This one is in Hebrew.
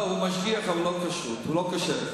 לא, הוא משגיח, אבל הוא לא כשר.